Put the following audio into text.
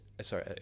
sorry